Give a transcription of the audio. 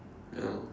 ya lor